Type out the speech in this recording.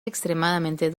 extremadamente